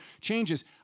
changes